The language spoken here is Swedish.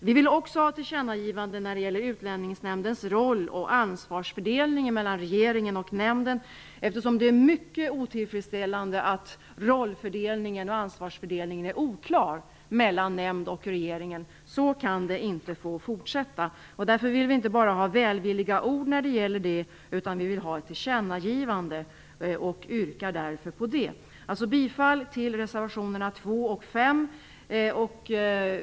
Vi vill också ha ett tillkännagivande när det gäller Utlänningsnämndens roll och ansvarsfördelningen mellan regeringen och nämnden, eftersom det är mycket otillfredsställande att rollfördelningen och ansvarsfördelningen är oklara mellan nämnden och regeringen. Så får det inte fortsätta att vara. Därför vill viinte bara ha välvilliga ord utan ett tillkännagivande, såsom vi yrkat. Jag yrkar bifall till reservationerna 2 och 5.